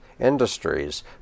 industries